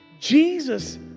Jesus